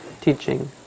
teaching